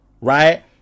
right